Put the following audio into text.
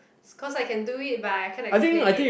cause I can do it but I can't explain it